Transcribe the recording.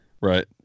Right